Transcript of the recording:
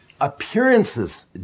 appearances